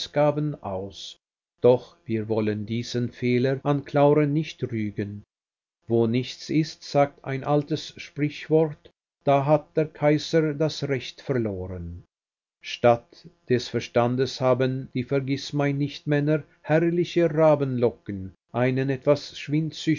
aus doch wir wollen diesen fehler an clauren nicht rügen wo nichts ist sagt ein altes sprichwort da hat der kaiser das recht verloren statt des verstandes haben die vergißmeinnichtmänner herrliche rabenlocken einen etwas